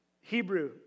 Hebrew